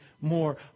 more